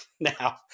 now